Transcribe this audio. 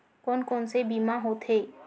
कोन कोन से बीमा होथे?